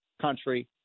country